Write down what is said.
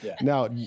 Now